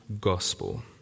gospel